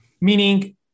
Meaning